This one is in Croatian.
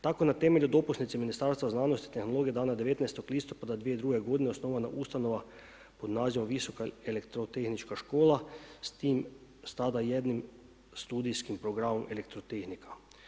Tako na temelju dopusnice Ministarstva znanosti, tehnologija dana 19. listopada 2002. godine osnovana ustanova pod nazivom Visoka elektrotehnička škola s tada jednim studijskim programom elektrotehnika.